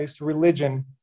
religion